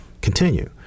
continue